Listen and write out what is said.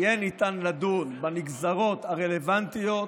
יהיה ניתן לדון בנגזרות הרלוונטיות,